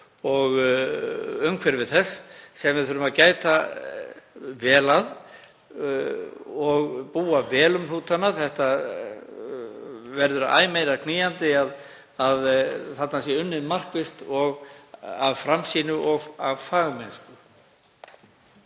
og umhverfi þess sem við þurfum að gæta vel að og búa þar vel um hnútana. Það verður æ meira knýjandi að þarna sé unnið markvisst og af framsýni og fagmennsku.